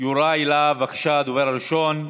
יוראי להב, בבקשה, הדובר הראשון.